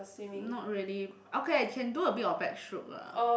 not really okay I can do a bit of backstroke lah